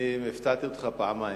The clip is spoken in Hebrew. הפתעתי אותך פעמיים.